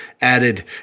added